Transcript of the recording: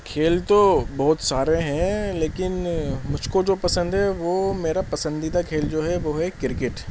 کھیل تو بہت سارے ہیں لیکن مجھ کو جو پسند ہے وہ میرا پسندیدہ کھیل جو ہے وہ ہے کرکٹ